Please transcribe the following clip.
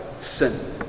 sin